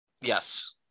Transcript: Yes